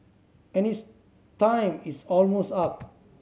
and its time is almost up